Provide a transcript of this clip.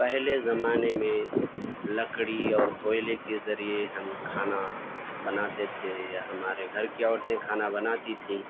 پہلے زمانے میں لکڑی اور کوئلے کے ذریعے ہم کھانا بناتے تھے یا ہمارے گھر کی عورتیں کھانا بناتی تھیں